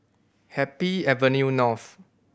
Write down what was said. Happy Avenue North